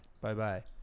Bye-bye